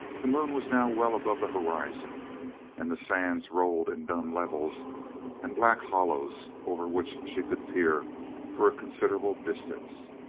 the moon was now well above the horizon and the sands rolled in dun levels and black hollows over which she could peer for a considerable distance.